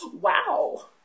wow